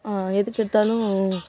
எதுக்கெடுத்தாலும்